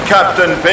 Captain